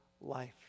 life